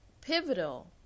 pivotal